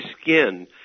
skin